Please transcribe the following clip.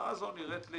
ההצעה הזאת נראית לי